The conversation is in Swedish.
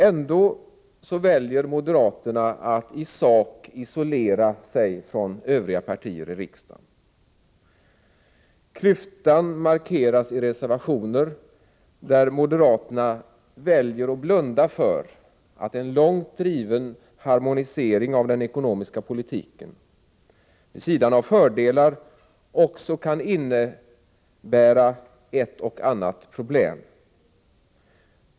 Ändå väljer moderaterna att i sak isolera sig från övriga partier i riksdagen. Klyftan markeras i reservationer, där moderaterna väljer att blunda för att en långt driven harmonisering av den ekonomiska politiken vid sidan av fördelar också kan innebära ett och annat problem.